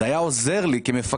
זה היה עוזר לי כמפקד,